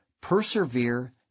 persevere